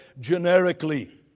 generically